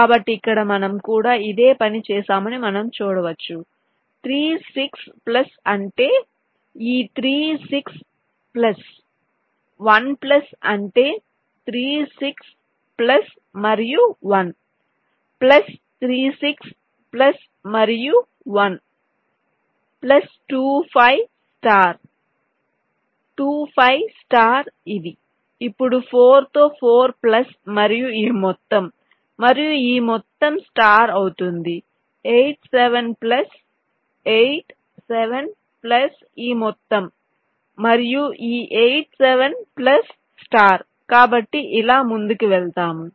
కాబట్టి ఇక్కడ మనం కూడా ఇదే పని చేశామని మనం చూడవచ్చు 3 6 ప్లస్ అంటే ఈ 3 6 ప్లస్ 1 ప్లస్ అంటే 3 6 ప్లస్ మరియు 1 ప్లస్ 3 6 ప్లస్ మరియు 1 ప్లస్ 2 5 స్టార్ 2 5 స్టార్ ఇది అప్పుడు 4 తో 4 ప్లస్ మరియు ఈ మొత్తం మరియు ఈ మొత్తం స్టార్ అవుతుంది 8 7 ప్లస్ 8 7 ప్లస్ ఈ మొత్తం మరియు ఈ 8 7 ప్లస్ స్టార్ కాబట్టి ఇలా ముందుకు వెళ్తాము